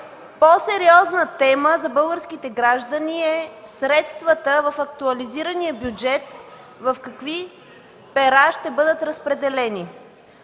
по-сериозна тема за българските граждани е: средствата в актуализирания бюджет в какви пера ще бъдат разпределени.